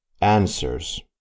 answers